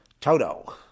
Toto